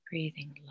Breathing